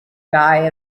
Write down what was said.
guy